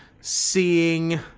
seeing